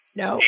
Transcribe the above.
no